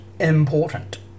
important